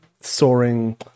soaring